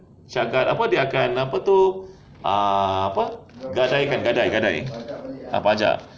dia akan apa tu ah apa gadai gadai ah pajak